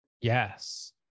Yes